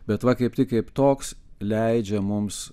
bet va kaip tik kaip toks leidžia mums